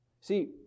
See